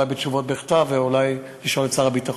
אולי תשובות בכתב ואולי לשאול את שר הביטחון.